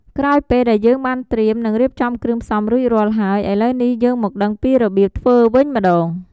ក្រោយពេលដែលយើងបានត្រៀម និងរៀបចំគ្រឿងផ្សំរួចរាល់ហើយ ឥឡូវនេះយើងមកដឹងពីរបៀបធ្វើវិញម្ដង។